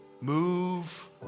Move